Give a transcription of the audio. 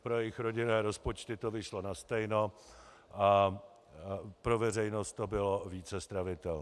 Pro jejich rodinné rozpočty to vyšlo nastejno a pro veřejnost to bylo více stravitelné.